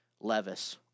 Levis